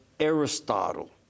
Aristotle